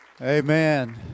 Amen